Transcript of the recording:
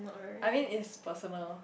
I mean is personal